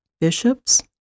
bishops